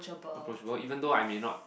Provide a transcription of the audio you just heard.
approachable even though I may not